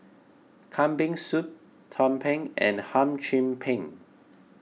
Kambing Soup Tumpeng and Hum Chim Peng